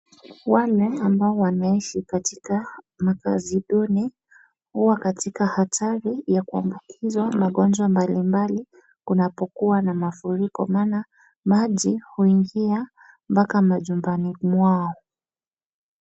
Wale ambao wanaishi katika makaazi duni huwa katika hatari ya kuambukizwa magonjwa mbalimbali kunapokuwa na mafuriko maana maji huingia mpaka majumbani mwao.